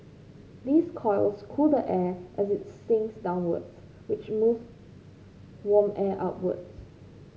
these coils cool the air as it sinks downwards which move warm air upwards